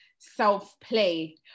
self-play